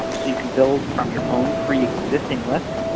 um so you can build from your own preexisting list,